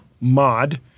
Mod